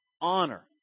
Honor